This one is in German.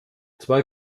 zwei